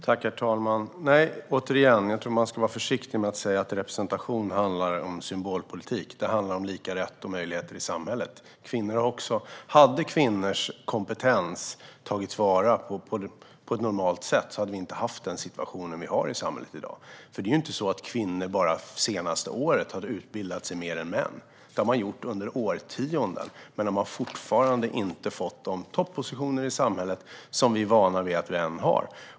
Herr talman! Återigen, jag tror att man ska vara försiktig med att säga att representation handlar om symbolpolitik. Det handlar om lika rätt och möjligheter i samhället. Om kvinnors kompetens hade tagits till vara på ett normalt sätt hade vi inte haft den situation som vi har i samhället i dag. Det är inte på det sättet att kvinnor har utbildat sig mer än män bara under det senaste året. Det har kvinnor gjort under årtionden, men de har fortfarande inte fått de toppositioner i samhället som vi är vana vid att män har.